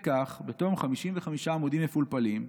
וכך, בתום 55 עמודים מפולפלים,